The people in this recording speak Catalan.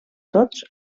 tots